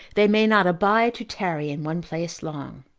they may not abide to tarry in one place long.